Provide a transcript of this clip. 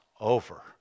over